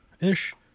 ish